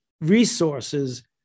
resources